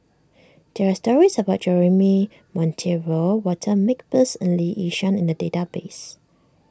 there are stories about Jeremy Monteiro Walter Makepeace and Lee Yi Shyan in the database